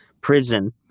prison